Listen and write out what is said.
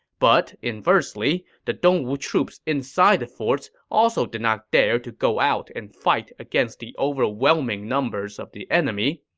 but inversely, the dongwu troops inside the forts also did not dare to go out and fight against the overwhelming numbers of the enemy.